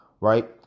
right